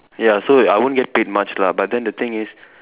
ya so I won't get paid much lah but then the thing is